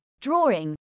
drawing